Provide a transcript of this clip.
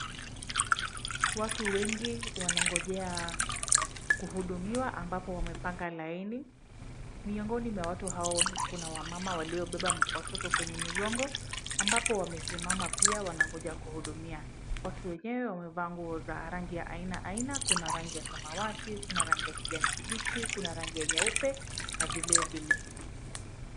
Watu wengi wanangojea kuhudumiwa ambapo wamepanga laini. Miongoni mwa watu hao kuna wamama waliobeba watoto kwenye mgongo ambapo wamesimama pia wanangoja kuhudumiwa. Watu wenyewe wamevaa nguo za rangi ya aina aina. Kuna rangi ya samawati, kuna rangi ya kijani kibichi, Kuna rangi ya nyeupe na vilevile.